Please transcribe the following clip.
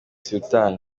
sultan